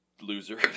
loser